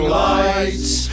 lights